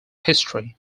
history